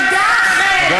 אל דאח'ל,